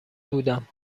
بودم